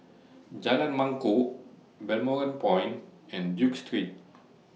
Jalan Mangkok Balmoral Point and Duke Street